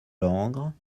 langres